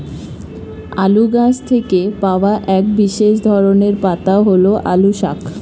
আলু গাছ থেকে পাওয়া এক বিশেষ ধরনের পাতা হল আলু শাক